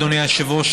אדוני היושב-ראש,